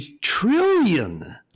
trillion